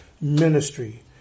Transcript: ministry